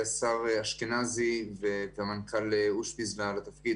דבר שגרם לעצירה מוחלטת של פעילות משרד החוץ מעבר להוצאות הקשיחות.